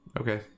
Okay